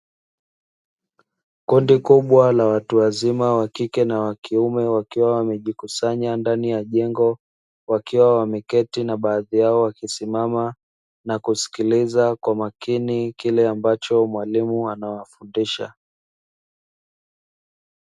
Kundi kubwa la watu wazima wa kike na wa kiume wakiwa wamejikusanya ndani ya jengo wakiwa wameketi na baadhi yao wakisimama na kusikiliza kwa makini kile ambacho mwalimu anawafundisha.